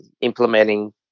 implementing